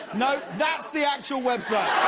nope. that's the actual webpage.